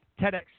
TEDx